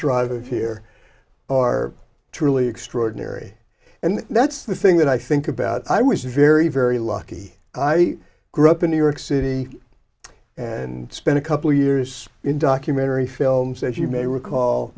drive of here are truly extraordinary and that's the thing that i think about i was very very lucky i grew up in new york city and spent a couple years in documentary films as you may recall